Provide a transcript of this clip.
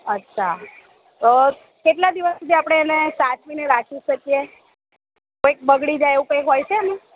અચ્છા તો કેટલા દિવસ સુધી આપણે એણે સાચવીને રાખી શકીએ કંઈક બગડી જાય એવું કંઈ હોય છે એમાં